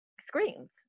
screens